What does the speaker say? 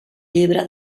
llibre